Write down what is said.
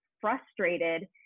frustrated